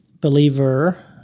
believer